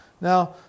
Now